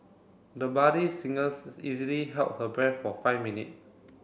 the buddy singers easily held her breath for five minute